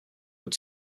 bout